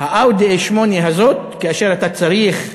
ה"אאודי 8" הזאת, כאשר אתה צריך,